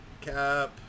Cap